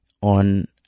on